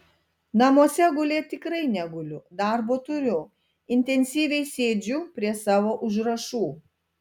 namuose gulėt tikrai neguliu darbo turiu intensyviai sėdžiu prie savo užrašų